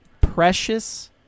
precious